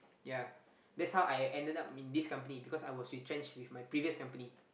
ya that's how I ended up in this company because I was retrenched with my previous company